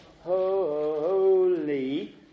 Holy